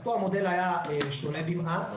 פה המודל היה שונה במעט.